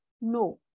no